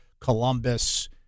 Columbus